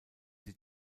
sie